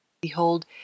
Behold